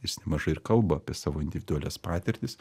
jis nemažai ir kalba apie savo individualias patirtis